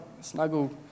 Snuggle